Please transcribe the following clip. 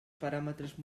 paràmetres